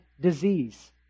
disease